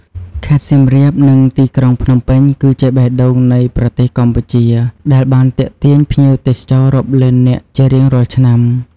ខេត្តសៀមរាបនិងទីក្រុងភ្នំពេញគឺជាបេះដូងនៃប្រទេសកម្ពុជាដែលបានទាក់ទាញភ្ញៀវទេសចររាប់លាននាក់ជារៀងរាល់ឆ្នាំ។